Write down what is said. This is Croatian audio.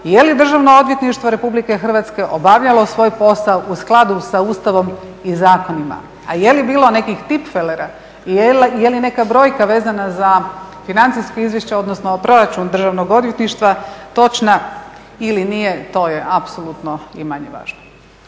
je li Državno odvjetništvo RH obavljalo svoj posao u skladu sa Ustavom i zakonima, a je li bilo nekih tipfelera i je li neka brojka vezana za financijsko izvješće, odnosno proračun Državnog odvjetništva točna ili nije, to je apsolutno i manje važno.